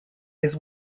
his